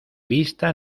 vista